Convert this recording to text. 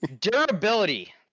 Durability